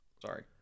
Sorry